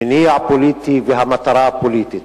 המניע פוליטי והמטרה פוליטית.